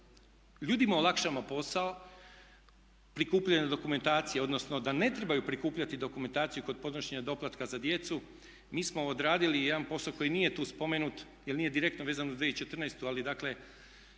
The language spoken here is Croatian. ljudima olakšamo posao prikupljanje dokumentacije, odnosno da ne trebaju prikupljati dokumentaciju kod podnošenja doplatka za djecu. Mi smo odradili jedan posao koji nije tu spomenut jer nije direktno vezan uz 2014.ali dakle